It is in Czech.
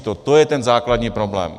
To je ten základní problém.